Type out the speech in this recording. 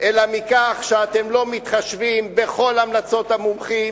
אלא מכך שאתם לא מתחשבים בכל המלצות המומחים,